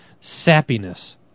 Sappiness